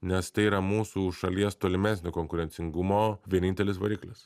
nes tai yra mūsų šalies tolimesnio konkurencingumo vienintelis variklis